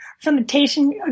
fermentation